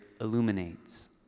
illuminates